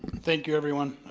thank you everyone.